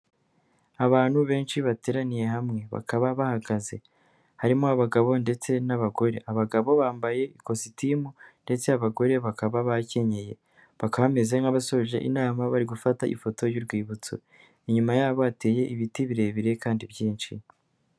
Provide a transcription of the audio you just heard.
Abantu benshi bateraniye hamwe bakaba bahagaze harimo abagabo ndetse n'abagore, abagabo bambaye ikositimu ndetse abagore bakaba bakenyeye bakaba bameze nk'abasoje inama bari gufata ifoto y'urwibutso, inyuma yabo hateye ibiti birebire kandi byinshi.